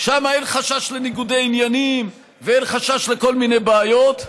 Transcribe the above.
שם אין חשש לניגודי עניינים ואין חשש לכל מיני בעיות,